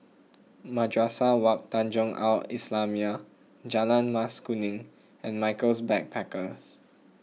Madrasah Wak Tanjong Al Islamiah Jalan Mas Kuning and Michaels Backpackers